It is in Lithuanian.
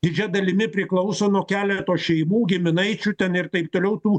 didžia dalimi priklauso nuo keleto šeimų giminaičių ten ir taip toliau tų